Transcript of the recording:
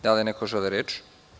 Da li neko želi reč?